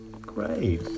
Great